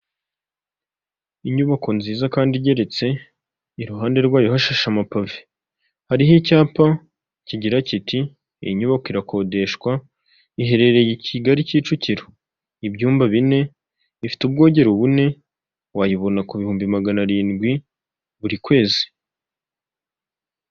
Inyubako nziza kandi igeretse iruhande rwayo hashashe amapave, hariho icyapa kigira kiti iyi nyubako irakodeshwa iherereye i Kigali, Kicukiro. Ibyumba bine, ifite ubwogero bune, wayibona ku bihumbi magana arindwi buri kwezi.